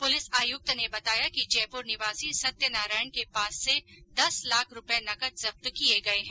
police आयुक्त ने बताया कि जयपुर निवासी सत्यनारायण के पास से दस लाख रूपए नकद जब्त किए गए हैं